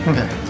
Okay